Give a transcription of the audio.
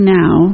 now